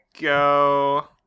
go